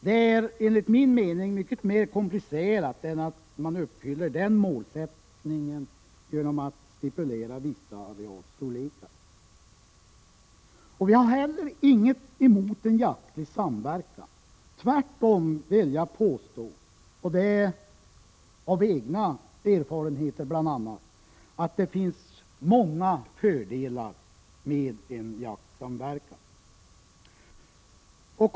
Det här är enligt min mening mycket mer komplicerat än att man uppfyller denna målsättning genom att stipulera vissa arealstorlekar. Vi har heller inget emot en jaktlig samverkan. Tvärtom vill jag påstå — bl.a. av egen erfarenhet — att det finns många fördelar med en sådan.